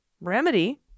remedy